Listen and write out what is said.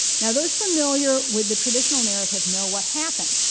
now, those familiar with the traditional narrative know what happened.